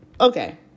okay